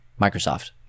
Microsoft